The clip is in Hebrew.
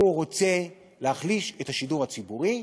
הוא רוצה להחליש את השידור הציבורי,